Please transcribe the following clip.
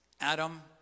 Adam